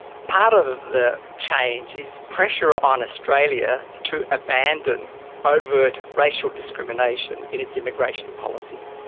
part of the change is pressure on australia to abandon overt racial discrimination in its immigration policies.